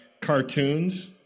cartoons